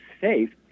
safe